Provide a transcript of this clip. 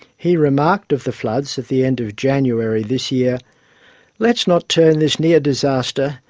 he remarked of the floods at the end of january this year let's not turn this near disaster,